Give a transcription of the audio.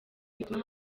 bituma